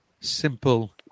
Simple